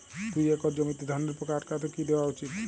দুই একর জমিতে ধানের পোকা আটকাতে কি দেওয়া উচিৎ?